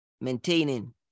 Maintaining